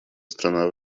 страна